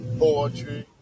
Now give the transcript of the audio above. poetry